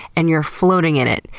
and you're floating in it,